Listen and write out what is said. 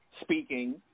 speaking